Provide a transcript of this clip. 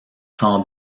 sans